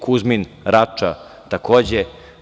Kuzmin – Rača, takođe.